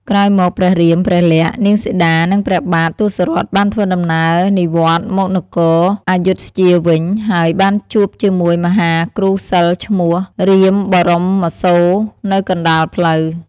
ក្រោយមកព្រះរាម ព្រះក្សណ៍ នាងសីតានិងព្រះបាទ ទសរថបានធ្វើដំណើរនិវត្តន៍មកនគរព្ធយុធ្យាវិញ ហើយបានជួបជាមួយមហាគ្រូសិល្ប៍ឈ្មោះ រាមបរមសូរ នៅកណ្តាលផ្លូវ។